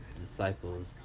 disciples